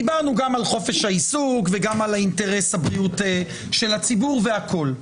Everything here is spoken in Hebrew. דיברנו גם על חופש העיסוק וגם על אינטרס הבריאות של הציבור והכול,